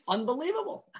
Unbelievable